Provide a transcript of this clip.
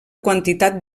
quantitat